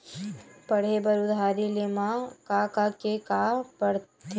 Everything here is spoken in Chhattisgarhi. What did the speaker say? पढ़े बर उधारी ले मा का का के का पढ़ते?